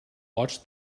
watch